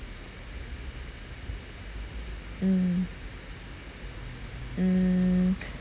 mm mm